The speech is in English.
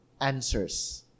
answers